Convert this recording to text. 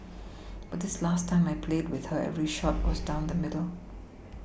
but this last time I played with her every shot was down the middle